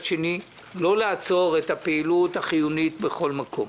שני לא לעצור את הפעילות החיונית בכל מקום.